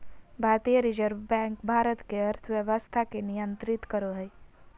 भारतीय reserve bank Bharat के अर्थव्यवस्था के नियन्त्रित करो हइ